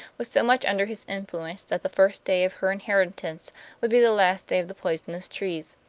was so much under his influence that the first day of her inheritance would be the last day of the poisonous trees.